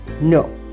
No